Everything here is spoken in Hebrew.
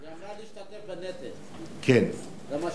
היא אמרה להשתתף בנטל, למשל.